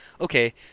okay